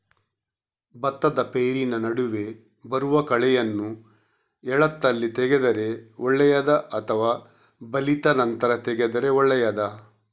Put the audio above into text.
ಭತ್ತದ ಪೈರಿನ ನಡುವೆ ಬರುವ ಕಳೆಯನ್ನು ಎಳತ್ತಲ್ಲಿ ತೆಗೆದರೆ ಒಳ್ಳೆಯದಾ ಅಥವಾ ಬಲಿತ ನಂತರ ತೆಗೆದರೆ ಒಳ್ಳೆಯದಾ?